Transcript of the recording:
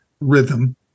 rhythm